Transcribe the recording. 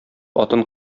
атын